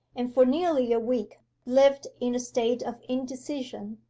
and for nearly a week lived in a state of indecision.